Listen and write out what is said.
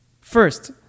First